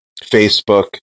Facebook